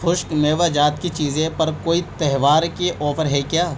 خشک میوہ جات کی چیزیں پر کوئی تہوار کی آفر ہے کیا